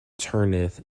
turneth